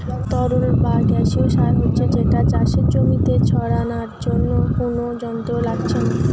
তরল বা গেসিও সার হচ্ছে যেটা চাষের জমিতে ছড়ানার জন্যে কুনো যন্ত্র লাগছে না